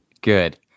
Good